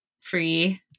free